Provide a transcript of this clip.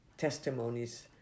Testimonies